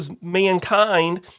mankind